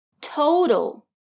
total